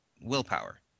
willpower